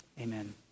Amen